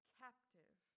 captive